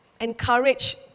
encourage